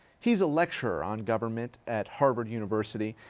he's a lecturer on government at harvard university,